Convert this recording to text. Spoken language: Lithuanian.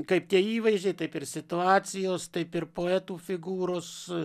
kaip tie įvaizdžiai taip ir situacijos taip ir poetų figūros